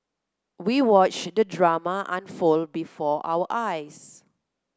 we watched the drama unfold before our eyes